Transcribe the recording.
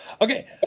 Okay